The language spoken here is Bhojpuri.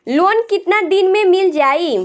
लोन कितना दिन में मिल जाई?